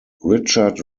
richard